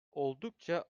oldukça